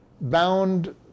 bound